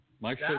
Mike